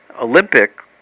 Olympic